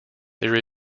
there